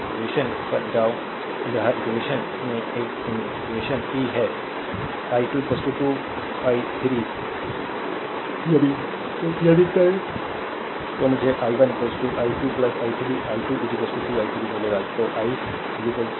तो इक्वेशन पर आओ यह इक्वेशन है एक इक्वेशन 5 है i2 2 i 3 तो यहाँ डाल i2 2 i 3 तो यदि करें तो मुझे i 1 i2 i 3 i2 2 i 3 मिलेगा तो आई 1 3 i 3